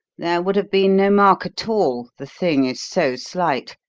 there would have been no mark at all, the thing is so slight.